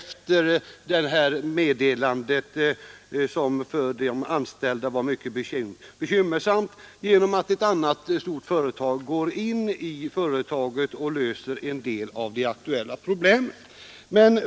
Men nu har krisens verkningar mildrats genom att ett annat stort företag går in och löser en del av de aktuella problemen.